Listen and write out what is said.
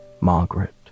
Margaret